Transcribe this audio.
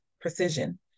precision